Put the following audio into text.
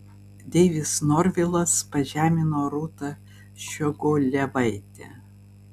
deivis norvilas pažemino rūtą ščiogolevaitę